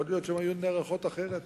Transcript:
יכול להיות שהן היו נערכות אחרת